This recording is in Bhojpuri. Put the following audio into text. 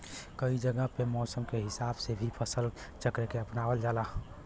कई जगह पे मौसम के हिसाब से भी फसल चक्र के अपनावल जाला